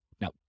Now